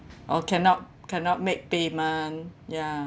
or cannot cannot make payment ya